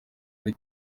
muri